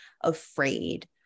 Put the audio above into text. afraid